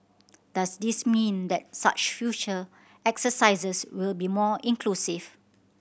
does this mean that such future exercises will be more inclusive